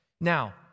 Now